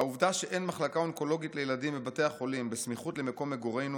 העובדה שאין מחלקה אונקולוגית לילדים בבתי החולים בסמיכות למקום מגורינו